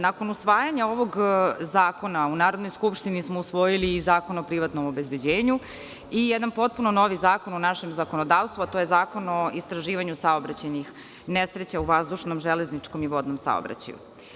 Nakon usvajanja ovog zakona u Narodnoj skupštini smo usvojili i Zakon o privatnom obezbeđenju i jedan potpuno novi zakon u našem zakonodavstvu, a to je Zakon o istraživanju saobraćajnih nesreća u vazdušnom, železničkom i vodnom saobraćaju.